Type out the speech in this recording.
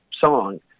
song